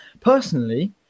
personally